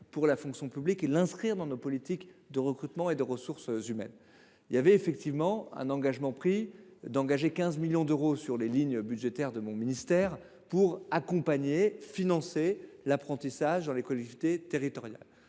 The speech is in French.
pour la fonction publique et l’inscrire dans nos politiques de recrutement et de ressources humaines. L’engagement avait été pris de consacrer 15 millions d’euros aux lignes budgétaires de mon ministère pour accompagner et financer l’apprentissage dans les collectivités territoriales.